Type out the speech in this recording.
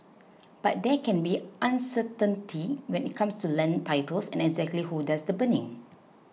but there can be uncertainty when it comes to land titles and exactly who does the burning